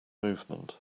movement